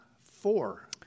four